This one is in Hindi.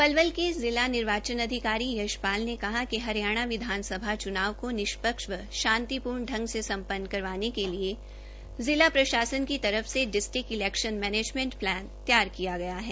पलवल के जिला निर्वाचन अधिकारी यशपाल ने कहा कि हरियाणा विधानसभा चुनाव को निष्पक्ष व शांतिपूर्ण ढंग से स पन्न करवाने के लिए जिला प्रशासन की तरफ से डिस्ट्रीक इलैक्शन मैनेजमेंट प्लान तैयार किया गया है